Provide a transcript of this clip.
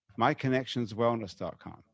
Myconnectionswellness.com